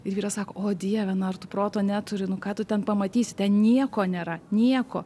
ir vyras sako o dieve na ar tu proto neturi nu ką tu ten pamatysi ten nieko nėra nieko